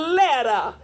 letter